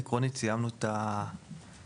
עקרונית סיימנו את ההקראה.